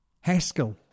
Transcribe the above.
Haskell